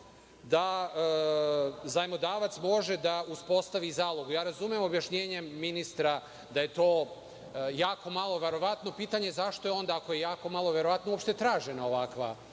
da zajmodavac može da uspostavi zalog. Ja razumem objašnjenje ministra da je to jako malo verovatno. Pitanje – zašto je onda, ako je malo verovatno, uopšte tražena ovakva